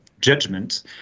judgment